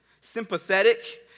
sympathetic